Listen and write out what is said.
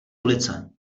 ulice